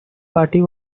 party